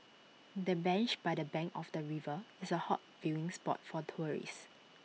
the bench by the bank of the river is A hot viewing spot for tourists